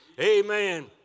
Amen